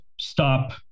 stop